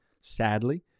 sadly